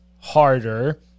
harder